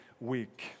week